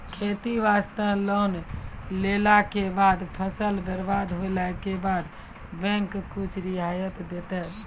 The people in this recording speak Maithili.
खेती वास्ते लोन लेला के बाद फसल बर्बाद होला के बाद बैंक कुछ रियायत देतै?